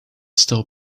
still